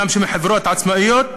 למרות שהן חברות עצמאיות,